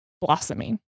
blossoming